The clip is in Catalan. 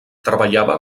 treballava